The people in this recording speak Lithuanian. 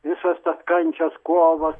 visos tos kančios kovos